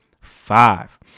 five